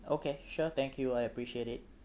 okay sure thank you I appreciate it